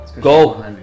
Go